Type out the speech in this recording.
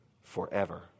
forever